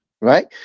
right